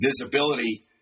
visibility